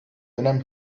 önem